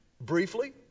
briefly